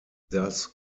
das